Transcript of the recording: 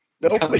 Nope